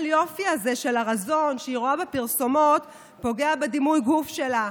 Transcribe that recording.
היופי הזה של הרזון שהיא רואה בפרסומות פוגע בדימוי גוף שלה,